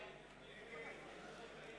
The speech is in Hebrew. הצעת סיעת